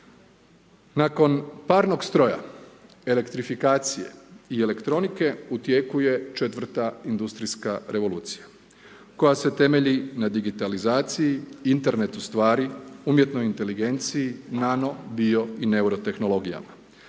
Nakon parnog stroja, elektrifikacije i elektronike u tijeku je četvrta industrijska revolucija koja se temelji na digitalizaciji, internetu stvari, umjetnoj inteligenciji, nano, bio i neuro tehnologijama.